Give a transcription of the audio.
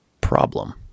problem